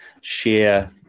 share